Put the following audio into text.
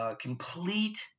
Complete